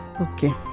Okay